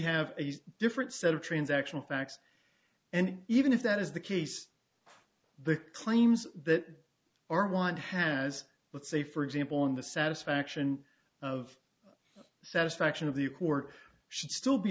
have a different set of transaction facts and even if that is the case the claims that our want has let's say for example in the satisfaction of satisfaction of the court should still be